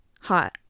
hot